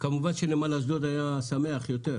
כמובן שנמל אשדוד היה שמח יותר,